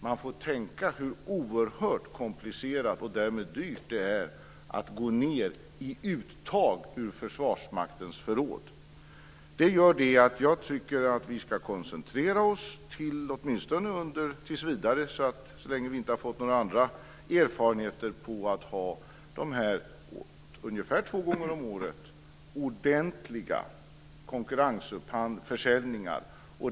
Man får tänka på hur oerhört komplicerat och därmed dyrt det är att gå ned i uttag ur Försvarsmaktens förråd. Jag tycker att vi ska koncentrera oss, åtminstone så länge vi inte har några erfarenheter, på att ungefär två gånger om året ha ordentliga konkurrensförsäljningar.